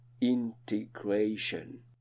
integration